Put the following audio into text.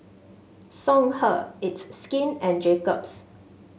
Songhe It's Skin and Jacob's